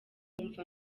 wumva